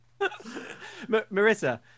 marissa